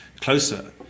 closer